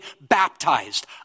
baptized